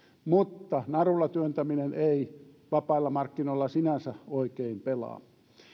mutta narulla työntäminen ei vapailla markkinoilla sinänsä oikein pelaa